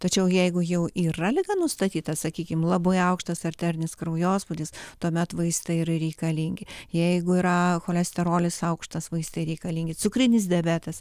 tačiau jeigu jau yra liga nustatyta sakykim labai aukštas arterinis kraujospūdis tuomet vaistai yra reikalingi jeigu yra cholesterolis aukštas vaistai reikalingi cukrinis diabetas